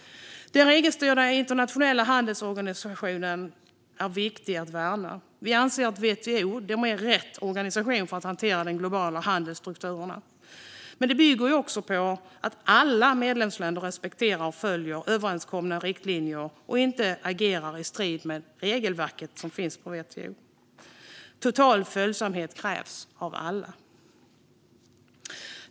Den regelstyrda internationella handelsorganisationen är viktig att värna. Vi anser att WTO är rätt organisation för att hantera de globala handelsstrukturerna, men detta bygger på att alla medlemsländer respekterar och följer överenskomna riktlinjer och inte agerar i strid med det regelverk som finns inom WTO. Total följsamhet krävs av alla.